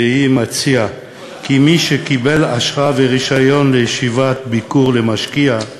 והיא מציעה כי מי שקיבל אשרה ורישיון לישיבת ביקור למשקיע,